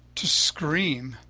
to scream,